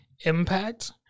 impact